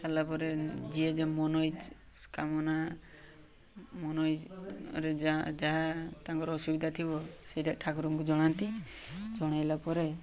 ସାରିଲା ପରେ ଯିଏ ଯୋଉ ମନୋ କାମନା ମନଇଚ୍ଛାରେ ଯାହା ଯାହା ତାଙ୍କର ଅସୁବିଧା ଥିବ ସେଇଟା ଠାକୁରଙ୍କୁ ଜଣାନ୍ତି ଜଣେଇଲା ପରେ